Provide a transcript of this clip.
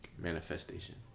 manifestation